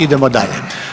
Idemo dalje.